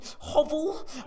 hovel